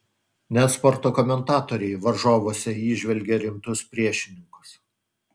net sporto komentatoriai varžovuose įžvelgia rimtus priešininkus